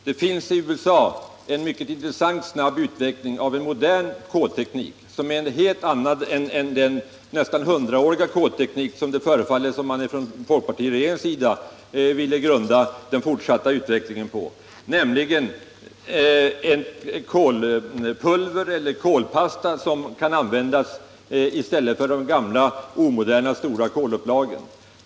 Det finns i USA en mycket intressant och snabb utveckling av en modern kolteknik, som är något helt annat än den nästan hundraåriga kolteknik som folkpartiregeringen förefaller vilja grunda den fortsatta utvecklingen på, nämligen kolpulver eller kolpasta som kan användas i stället för de gamla omoderna stora kolupplagen.